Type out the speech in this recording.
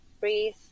breathe